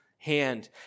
hand